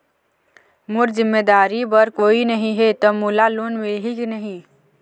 मोर जिम्मेदारी बर कोई नहीं हे त मोला लोन मिलही की नहीं?